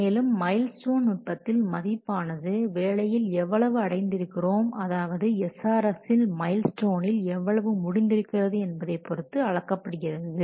மேலும் milestone நுட்பத்தில் மதிப்பானது வேலையில் எவ்வளவு அடைந்திருக்கிறோம் அதாவது SRS மைல் ஸ்டோனில் எவ்வளவு முடிந்திருக்கிறது என்பதை பொருத்து அளிக்கப்படுகிறது